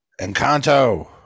Encanto